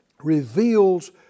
reveals